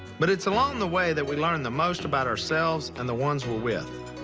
but it's along the way that we learn the most about ourselves and the ones we're with.